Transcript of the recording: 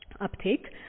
Uptake